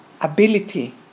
ability